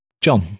John